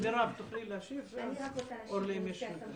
מירב, תוכלי להשיב ואז אורלי, אם יש נתונים.